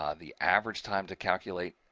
um the average time to calculate,